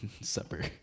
supper